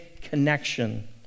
connection